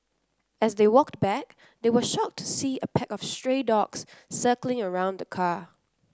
as they walked back they were shocked to see a pack of stray dogs circling around the car